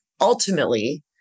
ultimately